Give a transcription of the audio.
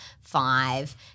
five